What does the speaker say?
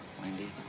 Wendy